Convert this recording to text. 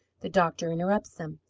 the doctor interrupts them.